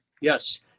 Yes